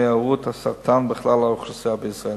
היארעות הסרטן בכלל האוכלוסייה בישראל.